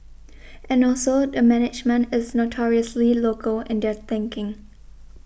and also the management is notoriously local in their thinking